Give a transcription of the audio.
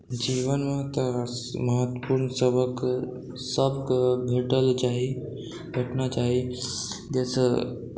जीवनमे तऽ महत्वपूर्ण सबक सब के भेटल चाही भेटना चाही जाहिसँ